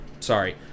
Sorry